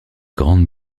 grande